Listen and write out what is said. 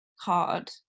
hard